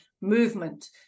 movement